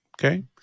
okay